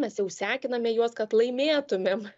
mes jau sekiname juos kad laimėtumėm